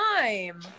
time